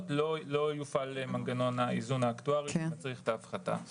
לא יופעל מנגנון האיזון האקטוארי שמצריך את ההפחתה.